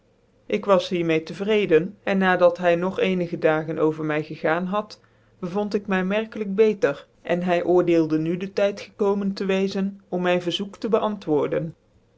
ik was hier mede tc vrecden cn na dat hy nog ecnigc dagen over my gegaan had bevond ik my merkelijk beter en hy oordeelden nu de tyd gekokotnen tc wezen om myn verzoek tc beantwoorden